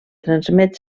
transmet